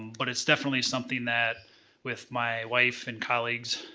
but it's definitely something that with my wife and colleagues,